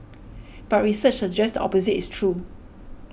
but research suggests opposite is true